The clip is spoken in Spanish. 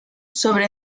sobre